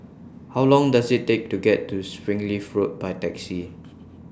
How Long Does IT Take to get to Springleaf Road By Taxi